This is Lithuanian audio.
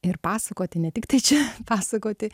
ir pasakoti ne tiktai čia pasakoti